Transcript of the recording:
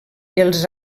els